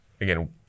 again